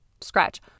scratch